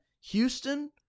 Houston